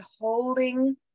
holding